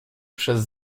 przez